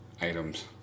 items